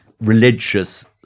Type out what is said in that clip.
religious